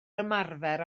ymarfer